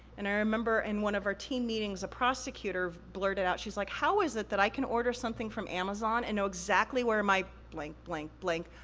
and i remember in one of our team meetings, a prosecutor blurted out, she's like, how is it that i can order something from amazon and know exactly where my, blank blank blank,